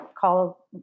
call